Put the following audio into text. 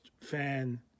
fan